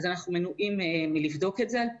על פי החוק אנחנו מנועים מלבדוק אותה.